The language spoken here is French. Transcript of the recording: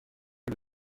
que